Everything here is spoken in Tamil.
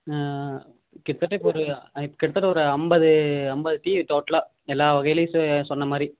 கிட்டத்தட்ட இப்போ ஒரு இப்போ கிட்டத்தட்ட ஒரு ஐம்பது ஐம்பது டீ டோட்டலாக எல்லா வகையிலையும் ச சொன்ன மாதிரி